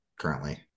currently